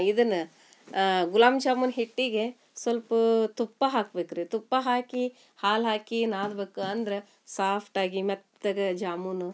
ಇದನ್ನು ಗುಲಾಬ್ ಜಾಮೂನು ಹಿಟ್ಟಿಗೆ ಸಲ್ಪ ತುಪ್ಪ ಹಾಕ್ಬೇಕು ರೀ ತುಪ್ಪ ಹಾಕಿ ಹಾಲು ಹಾಕಿ ನಾದ್ಬೇಕ್ ಅಂದ್ರೆ ಸಾಫ್ಟಾಗಿ ಮೆತ್ತಗೆ ಜಾಮೂನು